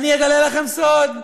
אגלה לכם סוד: